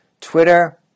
Twitter